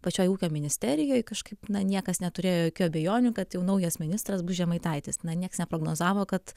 pačioj ūkio ministerijoj kažkaip na niekas neturėjo jokių abejonių kad jau naujas ministras bus žemaitaitis na nieks neprognozavo kad